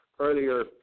Earlier